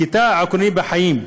כתא עקרוני בחיים.